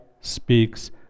speaks